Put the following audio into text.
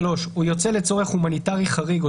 (3) הוא יוצא לצורך הומניטרי חריג או